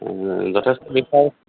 যথেষ্ট বিচাৰ